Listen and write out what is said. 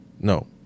no